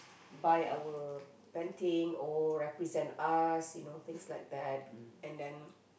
buy our painting or represent us you know things like that and then